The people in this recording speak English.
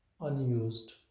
unused